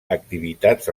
activitats